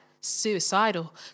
suicidal